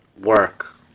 Work